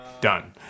Done